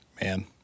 man